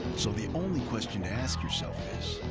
so the only question to ask yourself is,